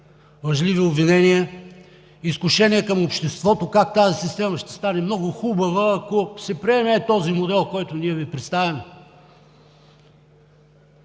лъжливи обвинения, изкушения към обществото как тази система ще стане много хубава, ако се приеме ей този модел, който ние Ви представяме.